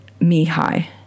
Mihai